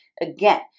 Again